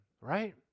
right